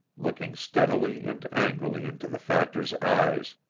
looking steadily and angrily into the factor's eyes,